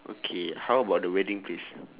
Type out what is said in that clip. okay how about the wedding place